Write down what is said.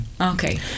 okay